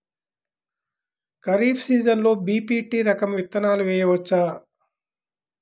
ఖరీఫ్ సీజన్లో బి.పీ.టీ రకం విత్తనాలు వేయవచ్చా?